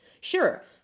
Sure